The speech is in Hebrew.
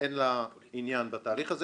אני מנהלת את הדיון של ועדת החינוך,